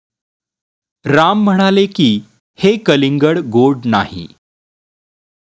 राम म्हणाले की, हे कलिंगड गोड नाही